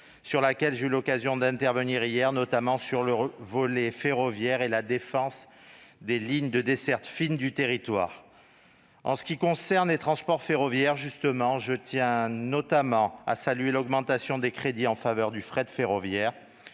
sur laquelle j'ai eu l'occasion d'intervenir hier, notamment sur le volet ferroviaire et la défense des lignes de desserte fine du territoire. En ce qui concerne, justement, les transports ferroviaires, je tiens notamment à saluer l'augmentation des crédits en faveur du fret ferroviaire